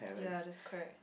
ya just crack